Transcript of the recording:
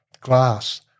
glass